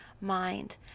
mind